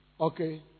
okay